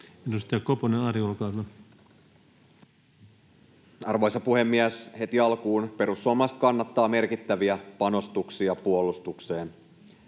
Edustaja Koponen Ari, olkaa hyvä. Arvoisa puhemies! Heti alkuun: perussuomalaiset kannattavat merkittäviä panostuksia puolustukseen.